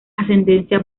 ascendencia